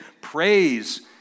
praise